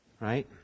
Right